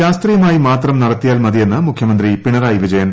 ശാസ്ത്രീയമായി മാത്രം നടത്തിയാൽ മതിയെന്ന് മുഖ്യമന്ത്രി പിണറായി വിജയൻ